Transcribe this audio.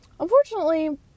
Unfortunately